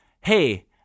hey